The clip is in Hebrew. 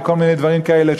וכל מיני דברים כאלה,